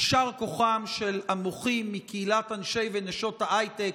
יישר כוחם של המוחים מקהילת אנשי ונשות ההייטק,